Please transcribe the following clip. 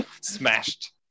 smashed